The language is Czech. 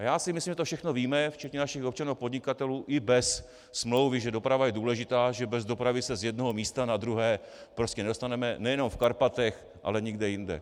A já si myslím, že to všechno víme, včetně našich občanů a podnikatelů, i bez smlouvy, že doprava je důležitá, že bez dopravy se z jednoho místa na druhé prostě nedostaneme nejenom v Karpatech, ale nikde jinde.